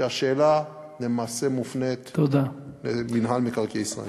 שהשאלה למעשה מופנית למינהל מקרקעי ישראל.